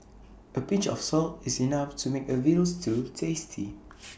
A pinch of salt is enough to make A Veal Stew tasty